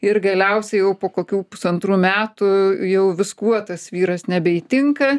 ir galiausiai jau po kokių pusantrų metų jau viskuo tas vyras nebeįtinka